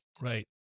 Right